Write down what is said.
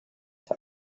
for